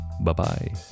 Bye-bye